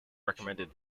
recommended